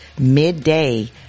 midday